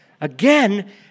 Again